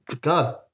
God